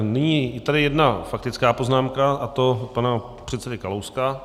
Nyní je tady jedna faktická poznámka, a to pana předsedy Kalouska.